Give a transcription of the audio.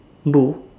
bull